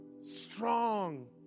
Strong